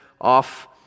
off